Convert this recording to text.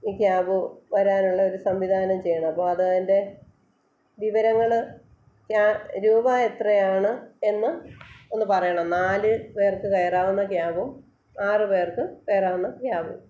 ഈ ക്യാബ് വരാനുള്ളൊരു സംവിധാനം ചെയ്യണം അപ്പം അത് അതിൻ്റെ വിവരങ്ങൾ ഞാ രൂപ എത്രയാണ് എന്ന് ഒന്ന് പറയണം നാല് പേർക്ക് കയറാവുന്ന ക്യാബും ആറ് പേർക്ക് കയറാവുന്ന ക്യാബും